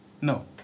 No